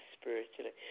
spiritually